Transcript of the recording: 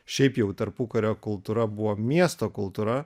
šiaip jau tarpukario kultūra buvo miesto kultūra